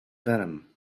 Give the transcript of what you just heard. venom